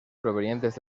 provenientes